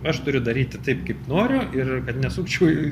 aš turiu daryti taip kaip noriu ir kad nesukčiau